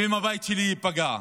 ואם הבית שלי ייפגע.